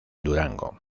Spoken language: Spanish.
durango